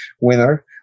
winner